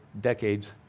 decades